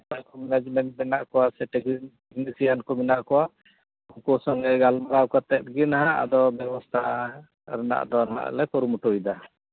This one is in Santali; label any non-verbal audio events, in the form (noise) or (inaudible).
ᱚᱠᱚᱭ (unintelligible) ᱢᱮᱱᱟᱜ ᱠᱚᱣᱟ ᱥᱮ ᱛᱮᱦᱤᱧ ᱴᱮᱠᱱᱮᱥᱤᱭᱟᱱ ᱠᱚ ᱢᱮᱱᱟᱜ ᱠᱚᱣᱟ ᱩᱱᱠᱩ ᱥᱚᱸᱜᱮ ᱜᱟᱞᱢᱟᱨᱟᱣ ᱠᱟᱛᱮᱫ ᱱᱟᱦᱟᱜ ᱟᱫᱚ ᱵᱮᱵᱚᱥᱛᱷᱟᱜᱼᱟ ᱨᱮᱱᱟᱜᱞᱮ ᱱᱟᱜᱷᱞᱮ ᱠᱩᱨᱩᱢᱩᱴᱩᱭᱮᱫᱟ